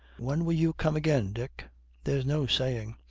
when will you come again, dick there's no saying.